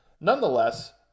Nonetheless